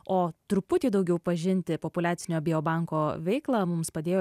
o truputį daugiau pažinti populiacinio biobanko veiklą mums padėjo